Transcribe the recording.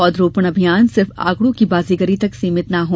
पौध रोपण अभियान सिर्फ़ आँकड़ों की बाजीगरी तक ही सीमित ना हो